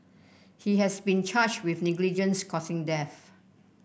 he has been charged with negligence causing death